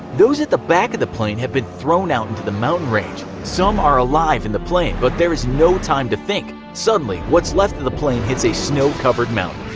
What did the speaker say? those at the back of the plane have been thrown out into the mountain range. some are alive in the plane, but there is no time to think. suddenly what's left of the plane hits a snow-covered mountain.